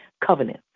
covenant